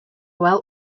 well